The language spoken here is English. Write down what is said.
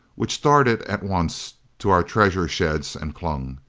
which darted at once to our treasure sheds and clung.